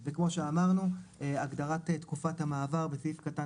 שבשנים הקרובות זה יקרה בכלל?